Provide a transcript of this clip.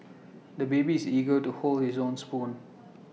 the baby is eager to hold his own spoon